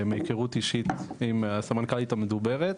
מהיכרות אישית עם הסמנכ"לית המדוברת,